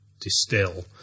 distill